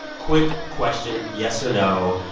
quick question yes or no?